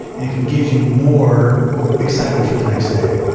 and it can give you more excitement for the next day.